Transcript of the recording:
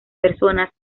personas